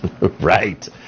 Right